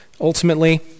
ultimately